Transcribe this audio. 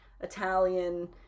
Italian